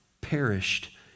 perished